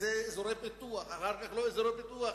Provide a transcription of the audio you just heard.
אחר כך, אזורי פיתוח, אחר כך, לא אזורי פיתוח,